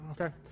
Okay